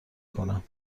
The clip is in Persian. کنم